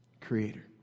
creator